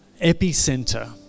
epicenter